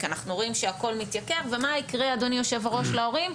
כי אנחנו רואים שהכול מתייקר ומה ייקרה אדוני היושב ראש להורים?